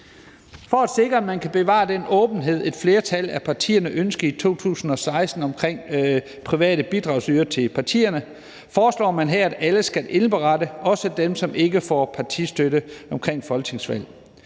For at sikre, at man kan bevare den åbenhed, et flertal af partierne ønskede i 2016 omkring private bidragsydere til partierne, foreslår man her, at alle skal indberette, også dem, som ikke får partistøtte omkring et folketingsvalg.